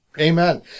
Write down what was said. Amen